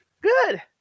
Good